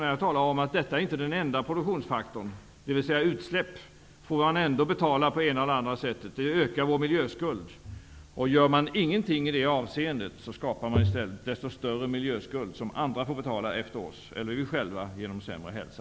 Men jag talar om att detta inte är den enda produktionsfaktorn. Utsläpp får man ändå betala på det ena eller andra sättet. De ökar vår miljöskuld. Gör man ingenting i det avseendet, skapar man desto större miljöskuld, som andra får betala efter oss, eller vi själva genom sämre hälsa.